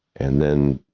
and then,